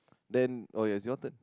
then oh yes your turn